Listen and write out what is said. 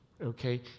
Okay